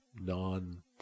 non